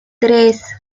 tres